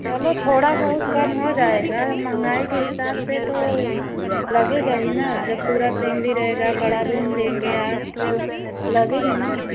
चलो थोड़ा बहुत कम हो जाएगा महँगाई के हिसाब से तो लगेगा ही ना जब पूरा फैमली रहेगा बड़ा रूम लेंगे आप तो लगेंगे ना